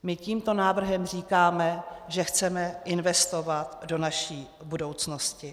My tímto návrhem říkáme, že chceme investovat do naší budoucnosti.